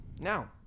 Now